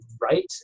right